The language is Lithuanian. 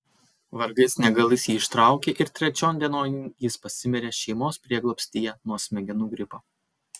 vargais negalais jį ištraukė ir trečion dienon jis pasimirė šeimos prieglobstyje nuo smegenų gripo